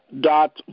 Dot